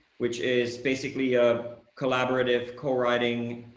which is basically a collaborative co-writing